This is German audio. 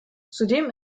zudem